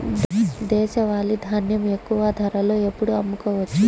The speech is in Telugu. దేశవాలి ధాన్యం ఎక్కువ ధరలో ఎప్పుడు అమ్ముకోవచ్చు?